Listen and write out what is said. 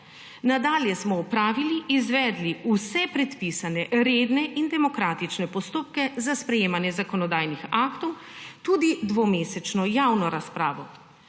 Nadalje smo opravili, izvedli vse predpisane redne in demokratične postopke za sprejemanje zakonodajnih aktov, tudi dvomesečno javno razpravo.